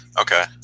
Okay